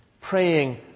praying